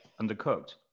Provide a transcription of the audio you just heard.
Undercooked